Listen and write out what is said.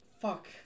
Fuck